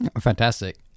Fantastic